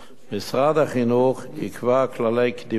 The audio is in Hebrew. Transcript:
משרד החינוך יקבע כללי קדימות